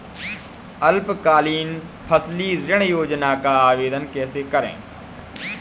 अल्पकालीन फसली ऋण योजना का आवेदन कैसे करें?